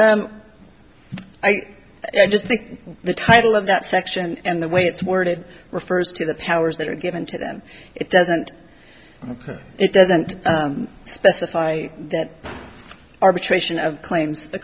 points i i just think the title of that section and the way it's worded refers to the powers that are given to them it doesn't it doesn't specify that arbitration of claims